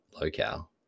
locale